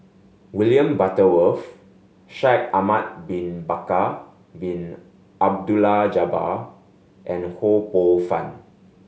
William Butterworth Shaikh Ahmad Bin Bakar Bin Abdullah Jabbar and Ho Poh Fun